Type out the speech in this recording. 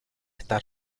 está